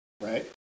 right